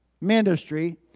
ministry